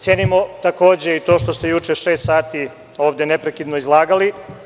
Cenimo takođe i to što ste juče šest sati ovde neprekidno izlagali.